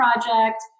project